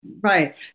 Right